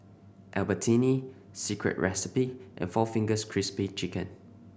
Albertini Secret Recipe and four Fingers Crispy Chicken